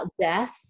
death